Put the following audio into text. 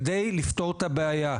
כדי לפתור את הבעיה.